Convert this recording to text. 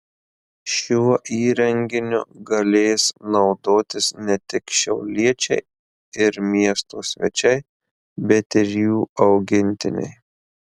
šiuo įrenginiu galės naudotis ne tik šiauliečiai ir miesto svečiai bet ir jų augintiniai